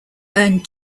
earned